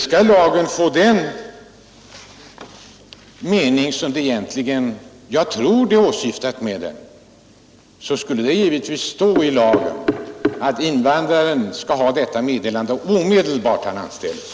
Skall lagen få den effekt som jag tror man har åsyftat med den, måste det givetvis i lagen sägas ut att invandraren skall ha detta meddelande omedelbart när han anställs.